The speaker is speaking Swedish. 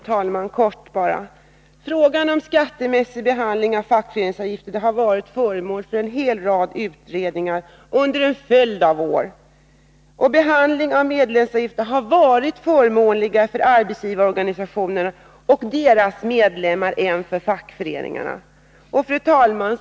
Fru talman! Bara helt kort. Frågan om den skattemässiga behandlingen av fackföreningsavgifter har varit föremål för en hel rad utredningar under en följd av år. Behandlingen av medlemsavgifter har varit förmånligare för arbetsgivarorganisationerna och deras medlemmar än för fackföreningarna. Fru talman!